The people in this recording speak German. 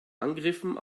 angriffen